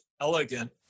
elegant